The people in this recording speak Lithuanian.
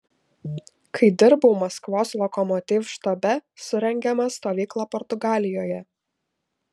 kai dirbau maskvos lokomotiv štabe surengėme stovyklą portugalijoje